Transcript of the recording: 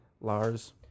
Lars